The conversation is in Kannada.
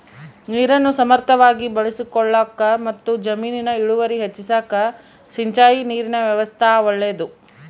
ನೀರನ್ನು ಸಮರ್ಥವಾಗಿ ಬಳಸಿಕೊಳ್ಳಾಕಮತ್ತು ಜಮೀನಿನ ಇಳುವರಿ ಹೆಚ್ಚಿಸಾಕ ಸಿಂಚಾಯಿ ನೀರಿನ ವ್ಯವಸ್ಥಾ ಒಳ್ಳೇದು